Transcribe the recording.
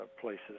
places